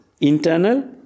internal